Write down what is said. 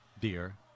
dear